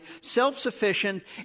self-sufficient